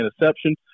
interception